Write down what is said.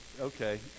Okay